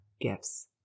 gifts